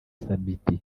sabiti